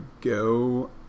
go